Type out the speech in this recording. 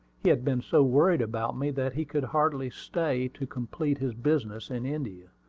he had been so worried about me that he could hardly stay to complete his business in india.